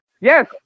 Yes